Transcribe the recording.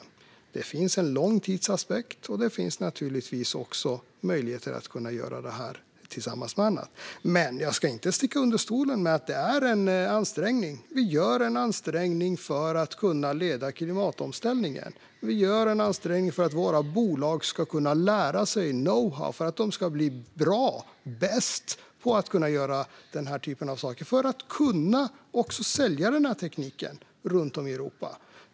Det finns en lång tidsaspekt, och det finns naturligtvis också möjligheter att göra detta tillsammans med annat. Men jag ska inte sticka under stol med att det är en ansträngning. Vi gör en ansträngning för att kunna leda klimatomställningen. Vi gör en ansträngning för att våra bolag ska kunna lära sig know-how, för att de ska bli bra och bäst på att kunna göra denna typ av saker och också för att de ska kunna sälja denna teknik runt om i Europa.